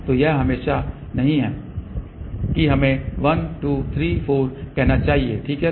तो यह हमेशा नहीं है कि हमें 1 2 3 4 कहना चाहिए ठीक है